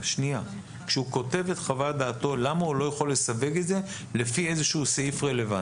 למה הוא לא יכול לסווג את זה לפי איזשהו סעיף רלוונטי?